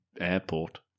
airport